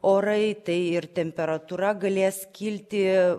orai tai ir temperatūra galės kilti